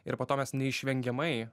ir po to mes neišvengiamai